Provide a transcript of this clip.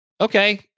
okay